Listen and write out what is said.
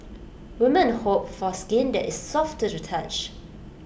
women hope for skin that is soft to the touch